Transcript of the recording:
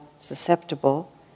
susceptible